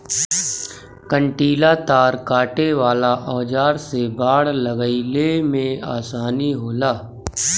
कंटीला तार काटे वाला औज़ार से बाड़ लगईले में आसानी होला